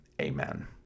Amen